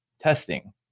testing